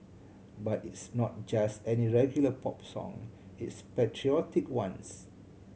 but it's not just any regular pop song its patriotic ones